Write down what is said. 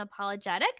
unapologetic